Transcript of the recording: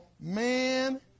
Man